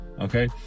Okay